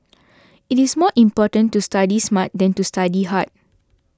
it is more important to study smart than to study hard